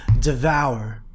devour